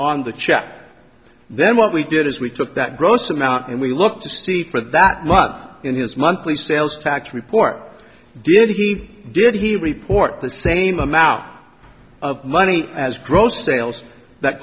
check then what we did is we took that gross amount and we look to see for that money in his monthly sales tax report did he did he report the same amount of money as gross sales that